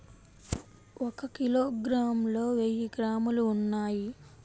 ఒక కిలోగ్రామ్ లో వెయ్యి గ్రాములు ఉన్నాయి